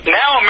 now